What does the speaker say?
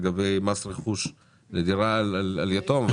לגבי מס רכוש לדירה של יתום.